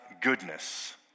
goodness